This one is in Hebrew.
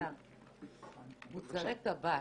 האם למוצרי טבק